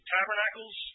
Tabernacles